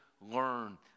learn